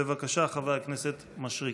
בבקשה, חבר הכנסת מישרקי.